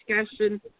discussion